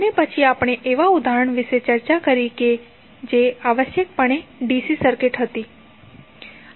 અને પછી આપણે એવા ઉદાહરણ વિશે ચર્ચા કરી જે આવશ્યક પણે DC સર્કિટ હતી